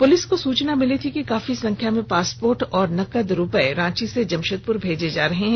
police को सूचना मिली थी कि काफी संख्या में पासपोर्ट और नकद रुपये रांची से जमशेदपुर भेजे जा रहे हैं